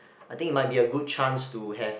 I think it might be a good chance to have